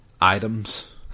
items